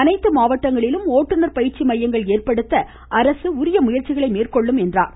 அனைத்து மாவட்டங்களிலும் ஓட்டுனர் பயிற்சி மையங்கள் ஏற்படுத்த அரசு உரிய முயற்சிகளை மேற்கொள்ளும் என்றார்